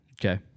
Okay